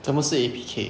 什么是 A_P_K